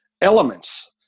elements